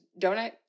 donut